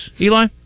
Eli